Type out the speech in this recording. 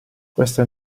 questa